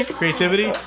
creativity